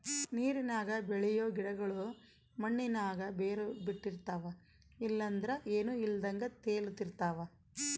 ನೀರಿನಾಗ ಬೆಳಿಯೋ ಗಿಡುಗುಳು ಮಣ್ಣಿನಾಗ ಬೇರು ಬುಟ್ಟಿರ್ತವ ಇಲ್ಲಂದ್ರ ಏನೂ ಇಲ್ದಂಗ ತೇಲುತಿರ್ತವ